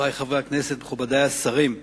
חברי חברי הכנסת, מכובדי השרים,